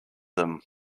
them